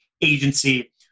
agency